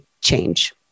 change